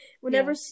Whenever